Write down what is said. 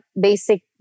basic